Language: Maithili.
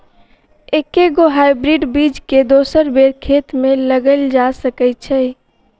एके गो हाइब्रिड बीज केँ दोसर बेर खेत मे लगैल जा सकय छै?